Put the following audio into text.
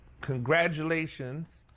Congratulations